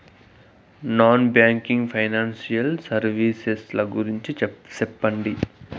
Non banking financial services ల గురించి సెప్పండి?